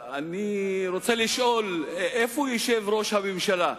אני רוצה לשאול: איפה ישב ראש הממשלה?